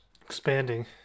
Expanding